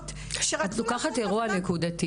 שרצו לעשות --- את לוקחת אירוע נקודתי.